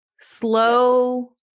Slow